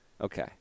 Okay